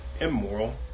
immoral